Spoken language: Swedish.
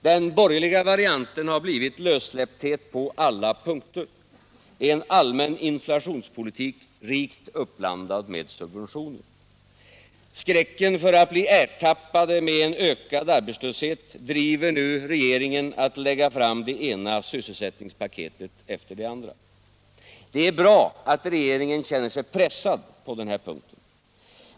Den borgerliga varianten har blivit lössläppthet på alla punkter — en allmän inflationspolitik rikt uppblandad med subventioner. Skräcken för att bli ertappad med en ökad arbetslöshet driver nu regeringen att lägga fram det ena sysselsättningspaketet efter det andra. Det är bra att regeringen känner sig pressad på den här punkten.